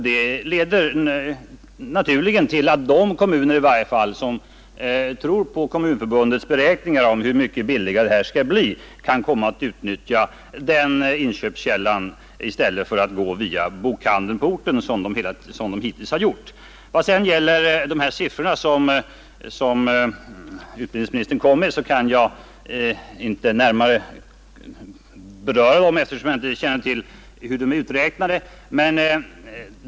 Det leder naturligen till att i varje fall de kommuner som tror på Kommunförbundets beräkningar av hur mycket billigare detta skall bli kan komma att utnyttja den inköpskällan i stället för att som hittills gå via bokhandeln på orten. De siffror som utbildningsministern redovisade kan jag inte närmare beröra, eftersom jag inte känner till hur de är uträknade.